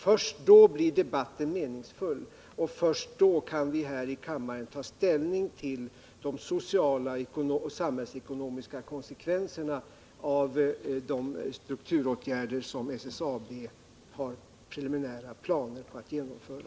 Först då blir debatten meningsfull, och först då kan vi här i kammaren ta ställning till de sociala och samhällsekonomiska konsekvenserna av de strukturåtgärder som SSAB har preliminära planer på att genomföra.